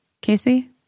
Casey